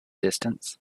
distance